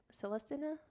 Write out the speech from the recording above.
Celestina